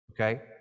okay